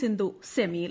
സിന്ധു സെമിയിൽ